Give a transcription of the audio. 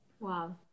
wow